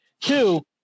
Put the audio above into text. Two